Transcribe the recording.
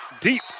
deep